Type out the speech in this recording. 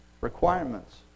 requirements